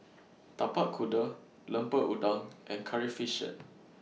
Tapak Kuda Lemper Udang and Curry Fish Head